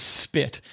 spit